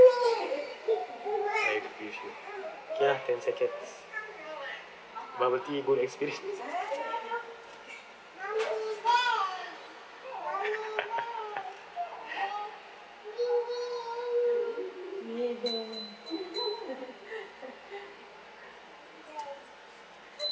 I agree with you okay lah ten seconds bubble tea good experience